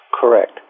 Correct